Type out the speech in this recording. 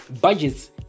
budgets